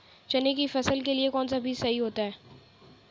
चने की फसल के लिए कौनसा बीज सही होता है?